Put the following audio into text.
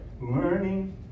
learning